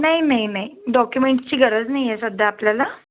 नाही नाही नाही डॉक्युमेंटची गरज नाही आहे सध्या आपल्याला